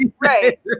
Right